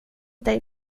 dig